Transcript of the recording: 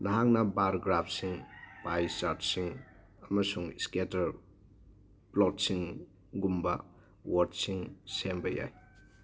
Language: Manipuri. ꯅꯍꯥꯛꯅ ꯕꯥꯔ ꯒ꯭ꯔꯥꯐꯁꯤꯡ ꯄꯥꯏ ꯆꯥꯔꯠ ꯁꯤꯡ ꯑꯃꯁꯨꯡ ꯏꯁꯀꯦꯇꯔ ꯄ꯭ꯂꯣꯠꯁꯤꯡ ꯒꯨꯝꯕ ꯋꯥꯔꯗꯁꯤꯡ ꯁꯦꯝꯕ ꯌꯥꯏ